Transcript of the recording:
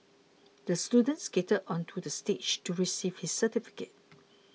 the student skated onto the stage to receive his certificate